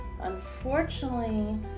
Unfortunately